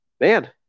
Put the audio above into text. man